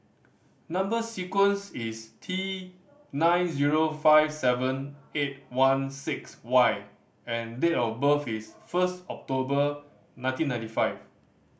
number sequence is T nine zero five seven eight one six Y and date of birth is first October nineteen ninety five